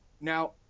Now